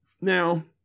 Now